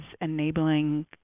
enabling